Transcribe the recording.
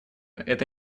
это